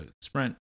sprint